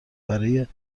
برای